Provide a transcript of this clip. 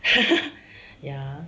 ya